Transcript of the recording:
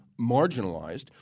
marginalized